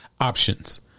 options